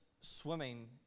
swimming